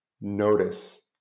notice